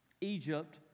Egypt